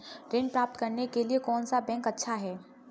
ऋण प्राप्त करने के लिए कौन सा बैंक अच्छा है?